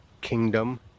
kingdom